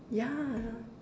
ya